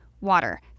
water